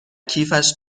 کیفش